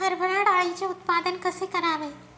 हरभरा डाळीचे उत्पादन कसे करावे?